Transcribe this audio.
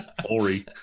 sorry